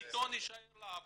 העיתון יישאר לעבוד.